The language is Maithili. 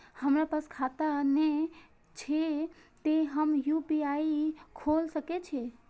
हमरा पास खाता ने छे ते हम यू.पी.आई खोल सके छिए?